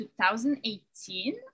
2018